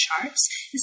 charts